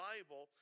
Bible